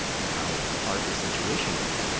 and how hard the situation is,